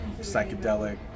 psychedelic